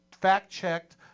fact-checked